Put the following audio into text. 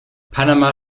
panama